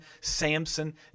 Samson